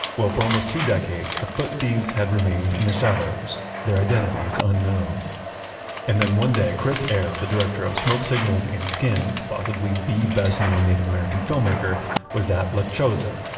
well, for almost two decades, the foot thieves had remained in the shadows, their identities unknown and then one day, chris eyre, the director of smoke signals and skins, possibly the best-known native american filmmaker was at la choza,